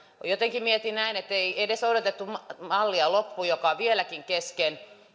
jotenkin mietin näin että kun ei edes odotettu mallia loppuun joka on vieläkin kesken